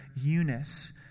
Eunice